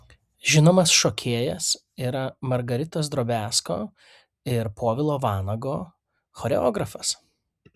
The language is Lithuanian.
žinomas šokėjas yra margaritos drobiazko ir povilo vanago choreografas